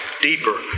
deeper